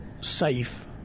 safe